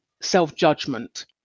self-judgment